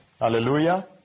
Hallelujah